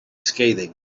scathing